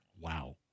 wow